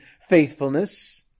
faithfulness